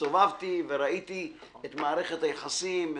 והסתובבתי וראיתי את מערכת היחסים.